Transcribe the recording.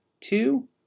Two